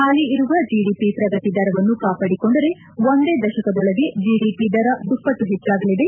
ಹಾಲಿ ಇರುವ ಜಿಡಿಪಿ ಪ್ರಗತಿ ದರವನ್ನು ಕಾಪಾಡಿಕೊಂಡರೆ ಒಂದೇ ದಶಕದೊಳಗೆ ಜಿಡಿಪಿ ದರ ದುಪ್ಪಟ್ಲು ಹೆಚ್ಚಾಗಲಿದೆ